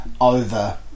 over